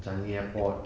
changi airport